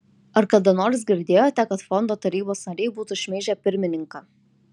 ar kada nors girdėjote kad fondo tarybos nariai būtų šmeižę pirmininką